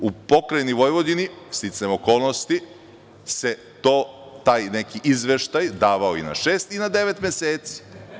U Pokrajini Vojvodini sticajem okolnosti se to, taj neki izveštaj davao i na šest i na devet meseci.